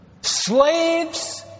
Slaves